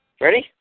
ready